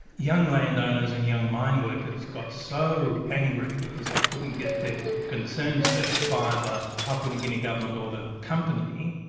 young landowners and young mine workers got so angry because they couldn't get their concerns heard by the papua new guinea government or the company,